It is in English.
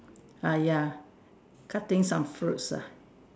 uh ya cutting some fruits ah